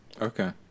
okay